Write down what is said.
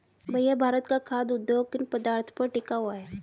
भैया भारत का खाघ उद्योग किन पदार्थ पर टिका हुआ है?